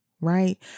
right